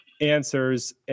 answers